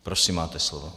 Prosím, máte slovo.